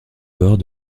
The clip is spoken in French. bords